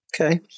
Okay